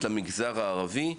למגזר הערבי,